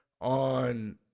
on